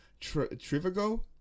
trivago